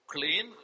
Clean